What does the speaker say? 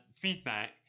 feedback